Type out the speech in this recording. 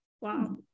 Wow